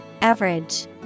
Average